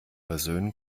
versöhnen